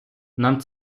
нам